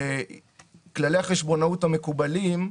כללי החשבונאות המקובלים,